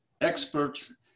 Experts